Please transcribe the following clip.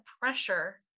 pressure